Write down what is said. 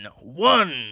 one